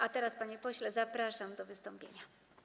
A teraz, panie pośle, zapraszam do wystąpienia.